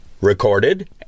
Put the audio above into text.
recorded